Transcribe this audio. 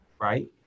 right